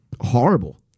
horrible